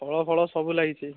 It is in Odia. ଫଳ ଫଳ ସବୁ ଲାଗିଛି